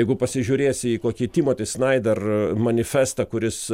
jeigu pasižiūrėsi į kokį timoti snaider manifestą kuris